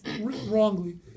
wrongly